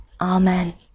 Amen